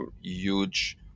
huge